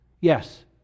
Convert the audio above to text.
Yes